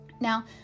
Now